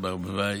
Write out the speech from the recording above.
ברביבאי,